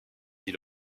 dit